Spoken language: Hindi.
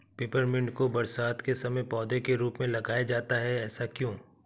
पेपरमिंट को बरसात के समय पौधे के रूप में लगाया जाता है ऐसा क्यो?